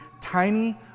tiny